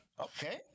okay